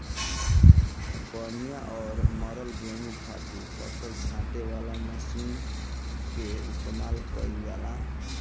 बढ़िया और मरल गेंहू खातिर फसल छांटे वाला मशीन कअ इस्तेमाल कइल जाला